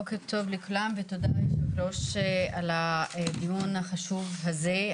בוקר טוב לכולם ותודה ליושב הראש על הדיון החשוב הזה,